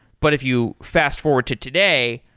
but if you fast forward to today,